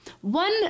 One